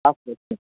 আচ্ছা আচ্ছা